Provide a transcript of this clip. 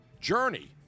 Journey